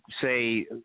say—